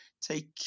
take